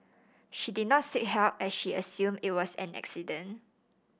she did not seek help as she assumed it was an accident